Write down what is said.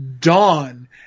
Dawn